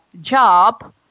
job